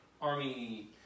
Army